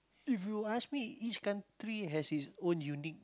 if you ask me each country has its own unique